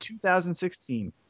2016